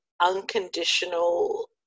unconditional